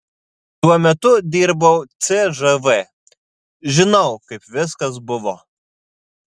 tuo metu dirbau cžv žinau kaip viskas buvo